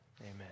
amen